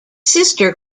sister